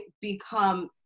become